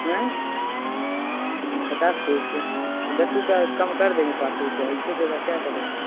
आएँ पचास पीस के तो दस रुपया कम कर देंगे पाँच रुपया इससे ज्यादा क्या करेंगे